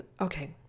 okay